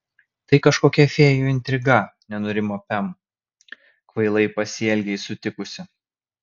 tai kažkokia fėjų intriga nenurimo pem kvailai pasielgei sutikusi